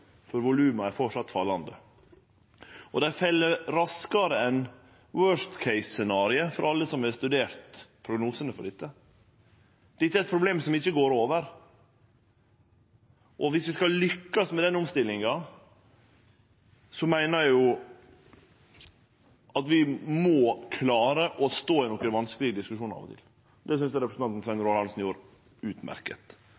for voluma er fortsatt fallande. Dei fell raskare enn «worst case»-scenarioet til alle som har studert prognosane for dette. Dette er eit problem som ikkje går over. Om vi skal lukkast med den omstillinga, meiner eg vi må klare å stå i nokre vanskelege diskusjonar. Det synest eg representanten